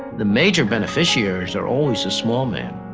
the major beneficiaries are always the small man.